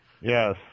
Yes